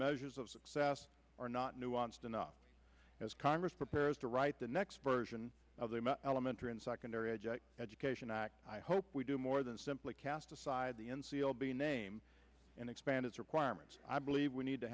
measures of success are not nuanced enough as congress prepares to write the next version the elementary and secondary education education act i hope we do more than simply cast aside the n c l b name and expand its requirements i believe we need to